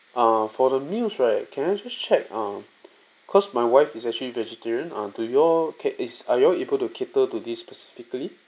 uh for the meals right can we just check ah because my wife is actually vegetarian err do you all cate~ is are you all able to cater to this specifically